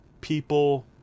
people